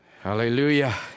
Hallelujah